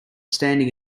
standing